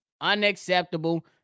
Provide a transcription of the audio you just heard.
Unacceptable